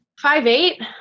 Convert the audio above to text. Five-eight